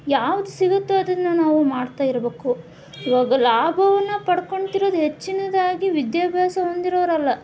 ಯಾವ್ದು ಸಿಗುತ್ತೋ ಅದನ್ನು ನಾವು ಮಾಡ್ತಾ ಇರ್ಬೇಕು ಇವಾಗ ಲಾಭವನ್ನು ಪಡ್ಕೊಂತಿರೋದು ಹೆಚ್ಚಿನದಾಗಿ ವಿದ್ಯಾಭ್ಯಾಸ ಹೊಂದಿರೋರು ಅಲ್ಲ